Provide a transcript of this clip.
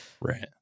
Right